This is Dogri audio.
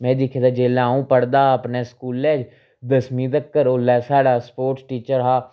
में दिक्खे दा जेल्लै अ'ऊं पढ़दा हा अपने स्कूलै च दसमीं तगर ओल्लै साढ़ा स्पोर्टस टीचर हा